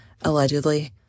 allegedly